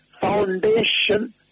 foundation